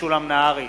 משולם נהרי,